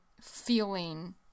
feeling